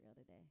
today